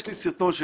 יש לי סרטון של